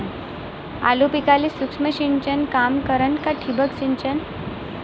आलू पिकाले सूक्ष्म सिंचन काम करन का ठिबक सिंचन?